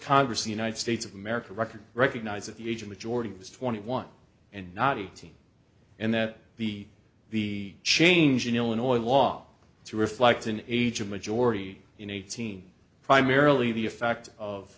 congress the united states of america record recognizes the age of majority was twenty one and not eighteen and that the the change in illinois law to reflect an age of majority in eighteen primarily the effect of